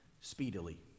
speedily